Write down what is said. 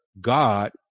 God